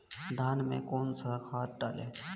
धान में कौन सा खाद डालें?